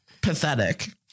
pathetic